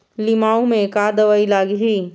लिमाऊ मे का दवई लागिही?